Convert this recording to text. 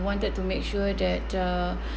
wanted to make sure that uh